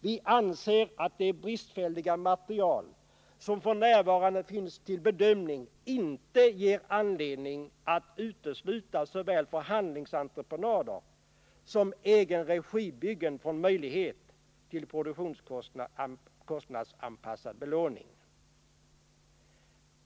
Vi anser att det bristfälliga material som f. n. finns till bedömning inte ger anledning att utesluta vare sig förhandlingsentreprenader eller egenregibyggen från möjligheten till produktionskostnadsanpassad belåning.